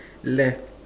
left